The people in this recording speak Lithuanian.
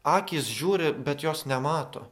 akys žiūri bet jos nemato